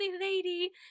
lady